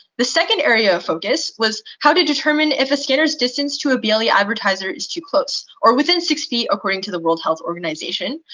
the second area of focus was how to determine if a scanner's distance to a ble advertiser is too close or within six feet, according to the world health organization,